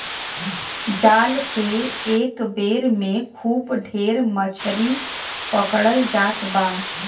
जाल से एक बेर में खूब ढेर मछरी पकड़ल जात बा